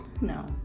No